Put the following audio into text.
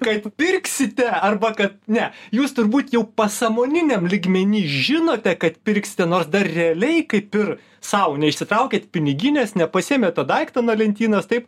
kad pirksite arba kad ne jūs turbūt jau pasąmoningam lygmeny žinote kad pirksite nors dar realiai kaip ir sau neišsitraukėt piniginės nepasiėmėt to daikto nuo lentynos taip